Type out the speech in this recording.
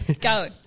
Go